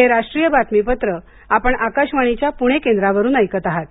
आरोग्य मंत्रालय